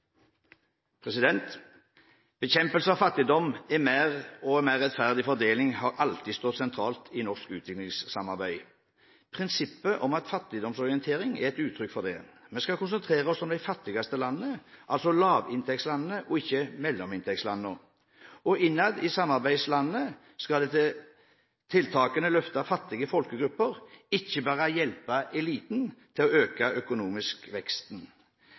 EU. Bekjempelse av fattigdom og en mer rettferdig fordeling har alltid stått sentralt i norsk utviklingssamarbeid. Prinsippet om fattigdomsorientering er et uttrykk for det. Vi skal konsentrere oss om de fattigste landene, altså lavinntektslandene, og ikke mellominntektslandene. Innad i samarbeidslandene skal tiltakene løfte fattige folkegrupper, ikke bare hjelpe eliten til å øke den økonomiske veksten.